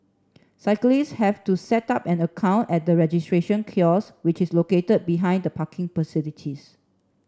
cyclists have to set up an account at the registration kiosks which is located behind the parking facilities